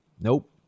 Nope